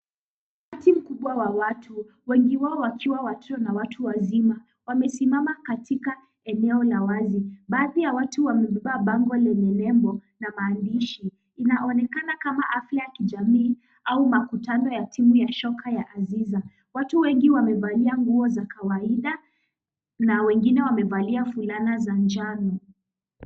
Umati mkubwa wa watu wengi wao wakiwa watoto na watu wazima wamesimama katika eneo la wazi. Baadhi ya watu wamebeba bango lenye nembo na maandishi. Inaonekana kama afya ya kijamii ama makutano ya timu ya shoka ya aziza. Watu wengi wamevalia nguo za kawaida na wengine wamevalia fulana za njano.